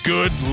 Good